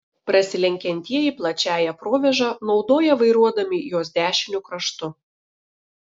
prasilenkiantieji plačiąją provėžą naudoja vairuodami jos dešiniu kraštu